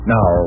Now